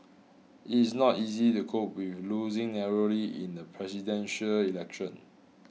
it's not easy to cope with losing narrowly in a Presidential Election